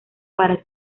para